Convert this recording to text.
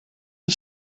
het